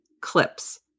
clips